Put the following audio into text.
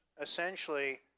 essentially